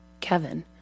Kevin